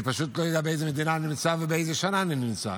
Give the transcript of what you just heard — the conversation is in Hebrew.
אני פשוט לא יודע באיזו מדינה אני נמצא ובאיזו שנה אני נמצא.